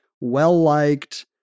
well-liked